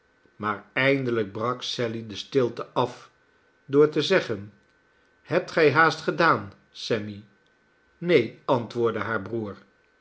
maar eindelijk brak sally de stilte af door te zeggen hebt gij haast gedaan sammy neen antwoordde haar broeder